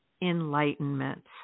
enlightenment